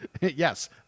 yes